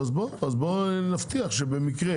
אז בוא נבטיח שבמקרה